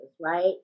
right